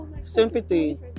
sympathy